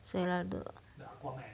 谁来的